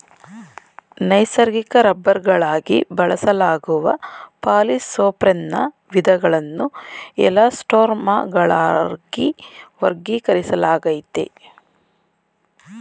ನೈಸರ್ಗಿಕ ರಬ್ಬರ್ಗಳಾಗಿ ಬಳಸಲಾಗುವ ಪಾಲಿಸೊಪ್ರೆನ್ನ ವಿಧಗಳನ್ನು ಎಲಾಸ್ಟೊಮರ್ಗಳಾಗಿ ವರ್ಗೀಕರಿಸಲಾಗಯ್ತೆ